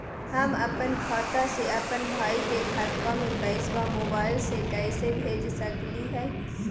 हम अपन खाता से अपन भाई के खतवा में पैसा मोबाईल से कैसे भेज सकली हई?